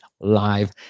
live